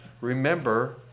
Remember